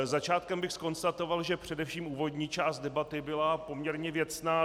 Začátkem bych zkonstatoval, že především úvodní část debaty byla poměrně věcná.